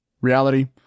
Reality